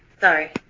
Sorry